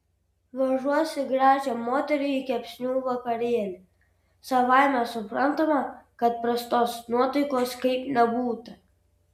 vežuosi gražią moterį į kepsnių vakarėlį savaime suprantama kad prastos nuotaikos kaip nebūta